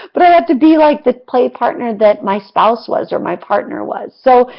but i have to be like the play partner that my spouse was or my partner was. so,